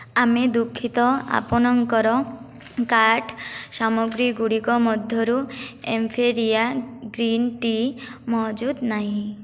ଆମେ ଦୁଃଖିତ ଆପଣଙ୍କର କାର୍ଟ ସାମଗ୍ରୀ ଗୁଡ଼ିକ ମଧ୍ୟରୁ ଏମ୍ପିରିଆ ଗ୍ରୀନ୍ ଟି ମହଜୁଦ ନାହିଁ